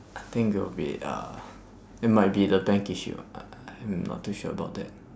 I think it'll be uh it might be the bank issue I I I'm not too sure about that